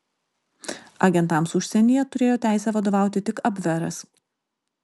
agentams užsienyje turėjo teisę vadovauti tik abveras